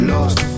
Lost